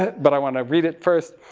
but i want to read it first.